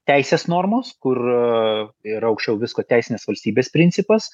teisės normos kur ir aukščiau visko teisinės valstybės principas